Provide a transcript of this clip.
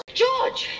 george